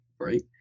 right